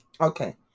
Okay